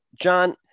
John